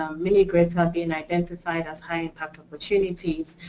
um mini grids have been identified as high impact opportunities.